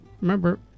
Remember